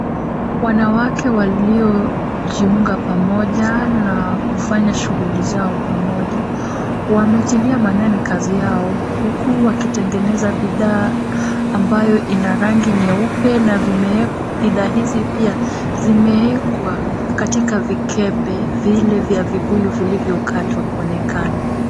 Wanawake waliojiunga pamoja na kufanya shughuli zao pamoja. Wametulia maanani kazi yao, huku wakitengeneza bidhaa ambayo ina rangi nyeupe na bidhaa hizi pia zimeekwa katika vikebe vile vya vibuyu vilivyokatwa kuonekana.